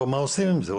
זאת אומרת,